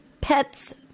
pets